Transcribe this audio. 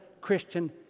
Christian